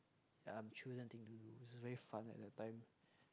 a children thing to do like at that time